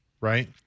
right